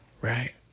right